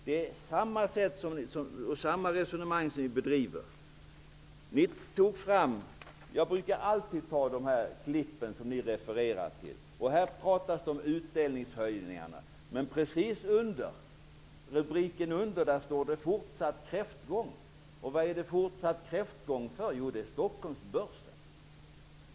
Det är samma typ av resonemang som ni för. Jag brukar alltid som exempel ta de tidningsklipp som ni refererar till. I detta klipp talas det om utdelningshöjningar, men i rubriken precis under står det: Fortsatt kräftgång. Vad är det fortsatt kräftgång för? Jo, det är Stockholms fondbörs.